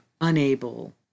unable